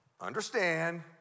understand